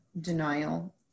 denial